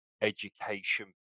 education